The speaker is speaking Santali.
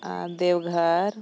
ᱫᱮᱣᱜᱷᱚᱨ